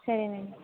సరేనండి